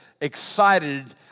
excited